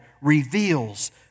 reveals